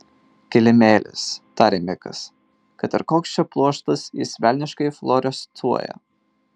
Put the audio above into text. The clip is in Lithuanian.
kilimėlis tarė mikas kad ir koks čia pluoštas jis velniškai fluorescuoja